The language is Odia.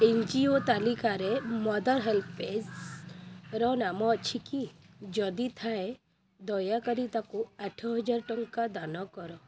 ଏନ ଜି ଓ ତାଲିକାରେ ମଦର ହେଲ୍ପେଜ୍ର ନାମ ଅଛିକି ଯଦି ଥାଏ ଦୟାକରି ତାକୁ ଆଠହାଜର ଟଙ୍କା ଦାନ କର